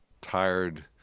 tired